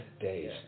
days